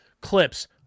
clips